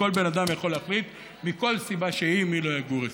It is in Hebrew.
כל בן אדם יכול להחליט מכל סיבה שהיא מי לא יגור אצלו.